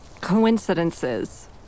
coincidences